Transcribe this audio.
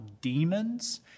demons